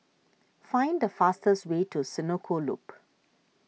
find the fastest way to Senoko Loop